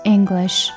English